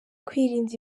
kwirinda